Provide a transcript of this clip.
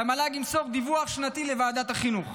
והמל"ג ימסור דיווח שנתי לוועדת החינוך.